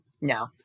No